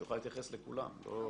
שיוכל להתייחס לכולם.